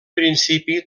principi